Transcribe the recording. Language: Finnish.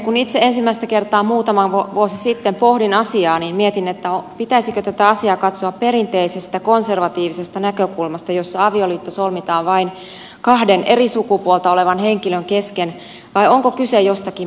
kun itse ensimmäistä kertaa muutama vuosi sitten pohdin asiaa mietin pitäisikö tätä asiaa katsoa perinteisestä konservatiivisesta näkökulmasta jossa avioliitto solmitaan vain kahden eri sukupuolta olevan henkilön kesken vai onko kyse jostakin muusta